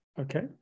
Okay